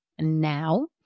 now